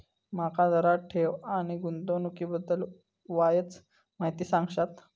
माका जरा ठेव आणि गुंतवणूकी बद्दल वायचं माहिती सांगशात?